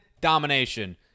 domination